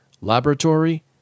Laboratory